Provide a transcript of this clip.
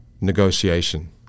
negotiation